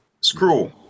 Screw